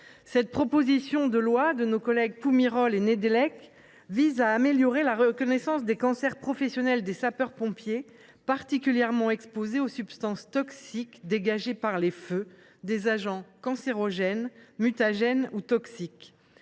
Cette proposition de loi de nos collègues Poumirol et Nédélec vise à améliorer la reconnaissance des cancers professionnels des sapeurs pompiers, ces derniers étant particulièrement exposés aux substances toxiques dégagées par les feux – des agents cancérogènes, mutagènes ou reprotoxiques.